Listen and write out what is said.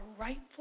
rightful